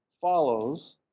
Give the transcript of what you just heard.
follows